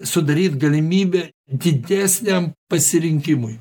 sudaryt galimybę didesniam pasirinkimui